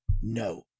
no